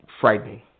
Frightening